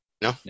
No